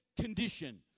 condition